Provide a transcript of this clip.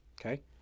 okay